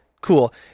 cool